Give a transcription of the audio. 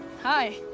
hi